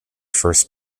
first